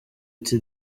the